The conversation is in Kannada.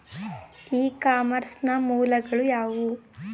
ಇ ಕಾಮರ್ಸ್ ನ ಮೂಲಗಳು ಯಾವುವು?